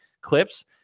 clips